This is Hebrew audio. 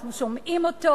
אנחנו שומעים אותו,